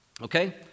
Okay